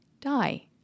die